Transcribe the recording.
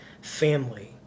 family